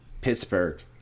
Pittsburgh